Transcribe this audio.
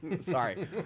Sorry